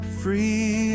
free